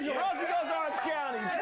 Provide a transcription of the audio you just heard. goes orange county.